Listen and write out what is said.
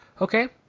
Okay